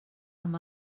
amb